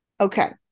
Okay